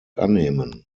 annehmen